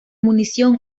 munición